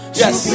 yes